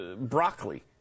broccoli